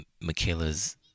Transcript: Michaela's